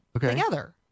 together